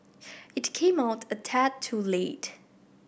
it came out a tad too late